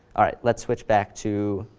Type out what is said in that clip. all right. let's switch back to